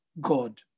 God